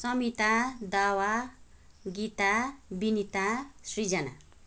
Samita Dawa Gita Binita Srijana